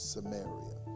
Samaria